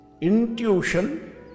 intuition